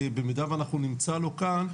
במידה ואנחנו נמצא לו כאן,